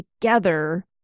together